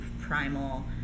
primal